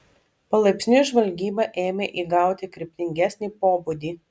palaipsniui žvalgyba ėmė įgauti kryptingesnį pobūdį